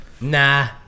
nah